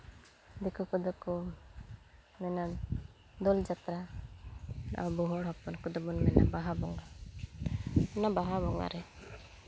ᱫᱤᱠᱩ ᱠᱚᱫᱚ ᱠᱚ ᱢᱮᱱᱟ ᱫᱳᱞ ᱡᱟᱛᱨᱟ ᱟᱵᱚ ᱦᱚᱲ ᱦᱚᱯᱚᱱ ᱠᱚᱫᱚ ᱵᱚᱱ ᱢᱮᱱᱟ ᱵᱟᱦᱟ ᱵᱚᱸᱜᱟ ᱚᱱᱟ ᱵᱟᱦᱟ ᱵᱚᱸᱜᱟᱨᱮ